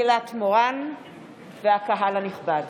מקהלת מורן והקהל הנכבד.